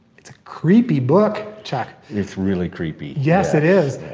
it's a creepy book chuck. it's really creepy. yes, it is.